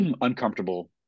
uncomfortable